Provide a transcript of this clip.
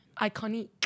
iconic